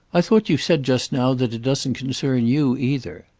i thought you said just now that it doesn't concern you either.